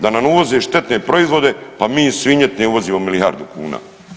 Da nam uvoze štetne proizvode pa mi svinjetine uvozimo milijardu kuna.